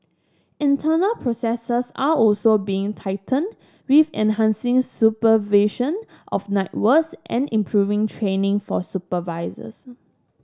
internal processes are also being tightened with enhancing supervision of night works and improving training for supervisors